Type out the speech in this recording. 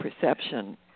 perception